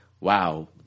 wow